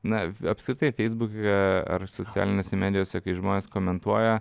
na apskritai feisbuke ar socialinėse medijose kai žmonės komentuoja